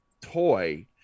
toy